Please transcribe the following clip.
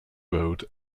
road